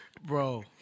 Bro